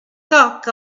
talk